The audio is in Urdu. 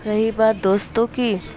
رہی بات دوستوں کی